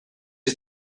you